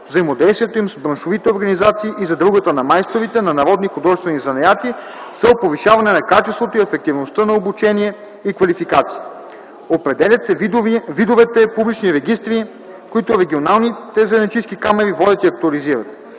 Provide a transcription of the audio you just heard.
взаимодействието им с браншовите организации и Задругата на майсторите на народни художествени занаяти с цел повишаване на качеството и ефективността на обучение и квалификация. Определят се видовете публични регистри, които регионални занаятчийски камари водят и актуализират.